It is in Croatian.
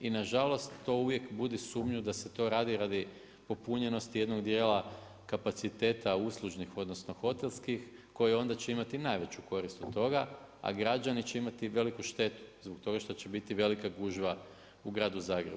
I nažalost to uvijek budi sumnju da se to radi radi popunjenosti jednog dijela kapaciteta uslužnih, odnosno hotelskih koji onda će imati najveću korist od toga a građani će imati veliku štetu zbog toga što će biti velika gužva u gradu Zagrebu.